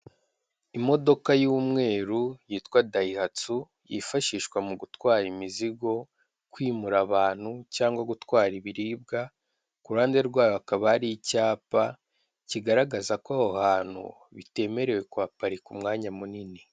Imodoka y'umweru yitwa dayihasu yifashishwa mu gutwara imizigo, kwimura abantu cyangwa gutwara ibiribwa, ku ruhande rwayo hakaba ari icyapa kigaragaza ko aho hantu, bitemerewe kwahaparika umwanya munini.